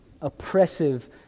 oppressive